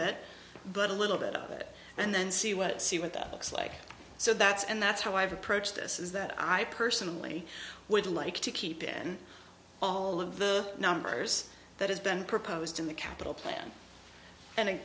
it but a little bit of it and then see what see what that looks like so that's and that's how i've approached this is that i personally would like to keep in all of the numbers that has been proposed in the capital plan and